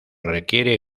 requiere